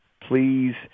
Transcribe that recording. please